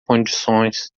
condições